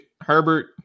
Herbert